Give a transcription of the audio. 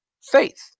faith